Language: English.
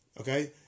Okay